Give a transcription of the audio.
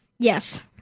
Yes